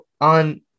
on